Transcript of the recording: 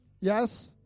Yes